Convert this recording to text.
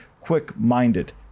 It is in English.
quick-minded